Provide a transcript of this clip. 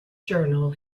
journal